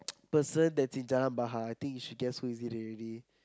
person that's in Jalan-Bahar I think you should guess who is it already